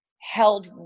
held